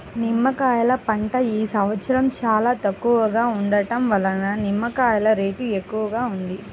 నిమ్మకాయల పంట ఈ సంవత్సరం చాలా తక్కువగా ఉండటం వలన నిమ్మకాయల రేటు ఎక్కువగా ఉంది